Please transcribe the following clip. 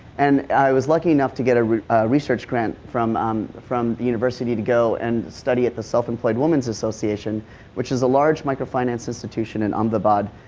and i was lucky enough to get a research grant from um from the university to go and study at the self employed womenis association which is a large microfinance institution in um ahmedabad, but